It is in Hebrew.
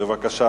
בבקשה.